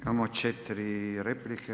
Imamo 4 replike.